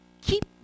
keep